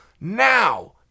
Now